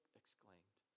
exclaimed